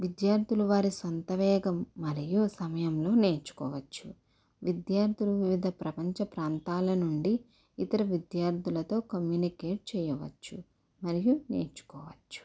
విద్యార్థులు వారి సొంతవేగం మరియు సమయమును నేర్చుకోవచ్చు విద్యార్థులు వివిధ ప్రపంచ ప్రాంతాల నుండి ఇతర విద్యార్థులతో కమ్యూనికేట్ చేయవచ్చు మరియు నేర్చుకోవచ్చు